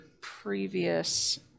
previous